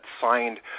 signed